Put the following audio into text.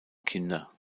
kinder